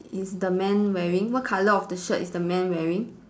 is the man wearing what colour of the shirt is the man wearing